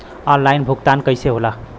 Online भुगतान कईसे होला?